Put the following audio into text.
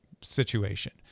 situation